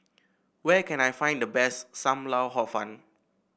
where can I find the best Sam Lau Hor Fun